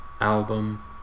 album